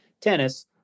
tennis